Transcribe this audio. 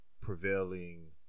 prevailing